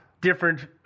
different